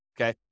okay